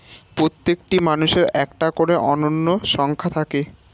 প্রত্যেকটি মানুষের একটা করে অনন্য সংখ্যা থাকে